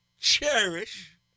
cherish